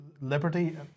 liberty